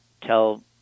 tell